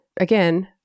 again